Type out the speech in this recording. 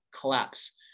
Collapse